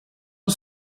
een